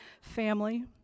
family